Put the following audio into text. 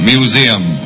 Museum